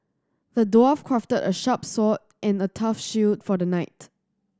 the dwarf crafted a sharp sword and a tough shield for the knight